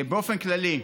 באופן כללי,